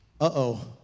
uh-oh